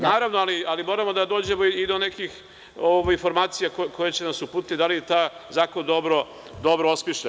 Naravno, ali moramo da dođemo i do nekih informacija koje će nas uputiti da li je taj zakon dobro osmišljen.